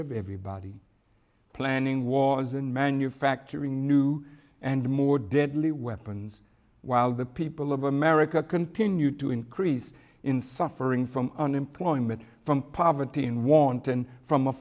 of everybody planning was in manufacturing new and more deadly weapons while the people of america continue to increase in suffering from unemployment from poverty in wanton from a